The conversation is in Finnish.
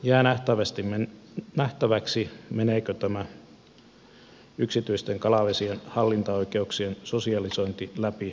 jää nähtäväksi meneekö tämä yksityisten kalavesien hallintaoikeuksien sosialisointi läpi valiokuntakäsittelyssä